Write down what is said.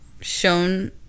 shown